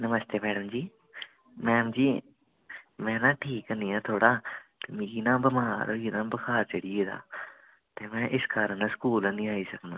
नमस्ते madam ji ma'am ji में ना ठीक निं ऐ थोह्ड़ा मिगी ना बमार होई गेदा बुखार होई गेदा ते में इस कारण स्कूल ऐ नी आई सकदा